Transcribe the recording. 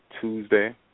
Tuesday